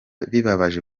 bibabaje